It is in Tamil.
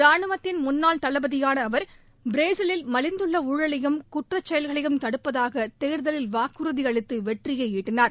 ரானுவத்தின் முன்னாள் தளபதியான அவர் பிரேசிலில் மலிந்துள்ள ஊழலையும் குற்றச் செயல்களையும் தடுப்பதாக தேர்தலில் வாக்குறுதி அளித்து வெற்றியை ஈட்டினார்